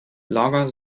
lager